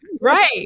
right